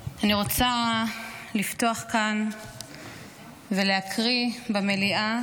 אני רוצה לפתוח כאן ולהקריא במליאה